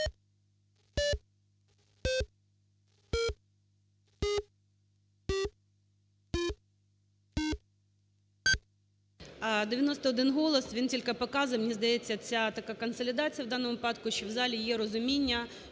91 голос, він тільки показує, мені здається, ця така консолідація в даному випадку, що в залі є розуміння,